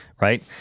right